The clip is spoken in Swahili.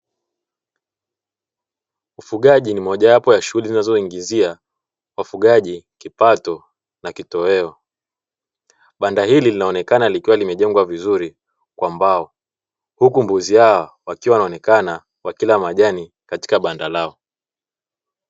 Ufugaji ni mojawapo ya shughuli zinazoingizia wafugaji kipato na kitoweo, banda hili linaonekana likiwa limejengwa vizuri kwa mbao huku mbuzi hawa wakiwa wanaonekana wakila majani katika banda lao.